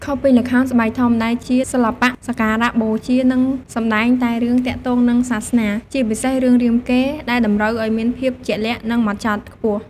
ខុសពីល្ខោនស្បែកធំ ដែលជាសិល្បៈសក្ការៈបូជា និងសម្តែងតែរឿងទាក់ទងនឹងសាសនា ជាពិសេសរឿងរាមកេរ្តិ៍ ដែលតម្រូវឱ្យមានភាពជាក់លាក់ និងហ្មត់ចត់ខ្ពស់ ។